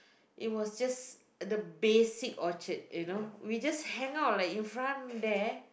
it was just the basic Orchard you know we just hang out like in front there